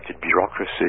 bureaucracy